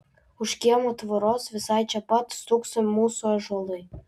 už kiemo tvoros visai čia pat stūkso mūsų ąžuolai